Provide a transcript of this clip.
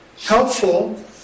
helpful